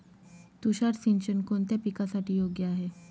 तुषार सिंचन कोणत्या पिकासाठी योग्य आहे?